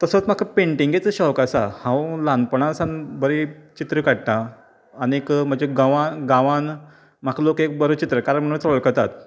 तसोच म्हाका पेन्टिंगेचो शाॅक आसा हांव ल्हानपणासान बरी चित्रां काडटां आनीक म्हज्या गांवान गांवान म्हाका लोक एक बरो चित्रकार म्हणच वळखतात